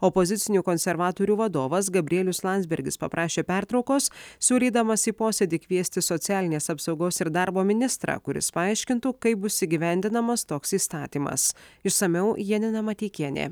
opozicinių konservatorių vadovas gabrielius landsbergis paprašė pertraukos siūlydamas į posėdį kviesti socialinės apsaugos ir darbo ministrą kuris paaiškintų kaip bus įgyvendinamas toks įstatymas išsamiau janina mateikienė